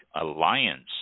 Alliance